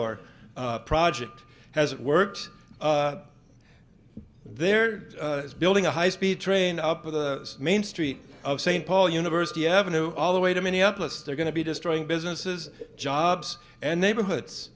r project as it works there is building a high speed train up of the main street of st paul university avenue all the way to minneapolis they're going to be destroying businesses jobs and neighborhoods